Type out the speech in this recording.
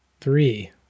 three